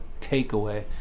takeaway